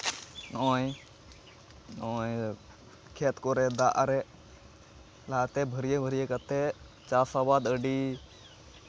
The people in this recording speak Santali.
ᱱᱚᱜᱼᱚᱭ ᱱᱚᱜᱼᱚᱭ ᱠᱷᱮᱛ ᱠᱚᱨᱮ ᱫᱟᱜ ᱟᱨᱮᱡ ᱞᱟᱦᱟᱛᱮ ᱵᱷᱟᱹᱨᱭᱟᱹ ᱵᱷᱟᱹᱨᱭᱟᱹ ᱠᱟᱛᱮᱫ ᱪᱟᱥ ᱟᱵᱟᱫ ᱟᱹᱰᱤ